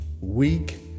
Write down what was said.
Weak